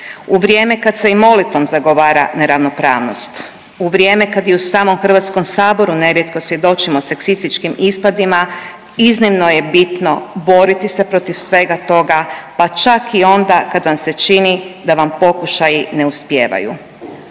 u vrijeme kad se i molitvom zagovara na ravnopravnost, u vrijeme kad i u samom HS-u nerijetko svjedočimo seksističkim ispadima iznimno je bitno boriti se protiv svega toga, pa čak i onda kad vam se čini da vam pokušaji ne uspijevaju.